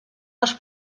les